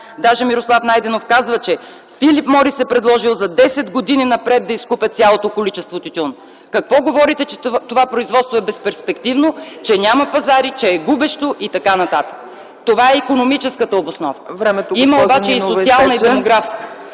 Даже Мирослав Найденов казва, че „Филип Морис” е предложил за 10 години напред да изкупят цялото количество тютюн. Какво говорите, че това производство е безперспективно, че няма пазари, че е губещо и т.н.?! Това е икономическата обосновка. Има обаче и социална и демографска.